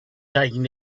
taking